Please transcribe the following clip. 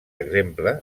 exemple